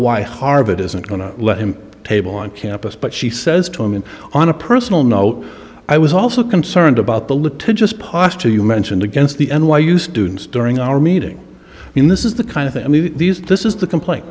why harvard isn't going to let him table on campus but she says to him and on a personal note i was also concerned about the litigious posture you mentioned against the n y u students during our meeting i mean this is the kind of thing i mean these this is the complain